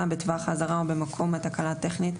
בטווח האזהרה או במקום בו תקלה טכנית,